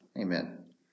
Amen